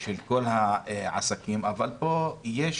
של כל העסקים, אבל פה יש